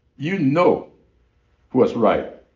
you know what's right,